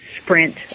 sprint